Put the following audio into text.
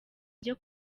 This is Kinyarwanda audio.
ajye